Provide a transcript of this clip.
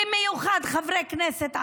במיוחד חברי כנסת ערבים,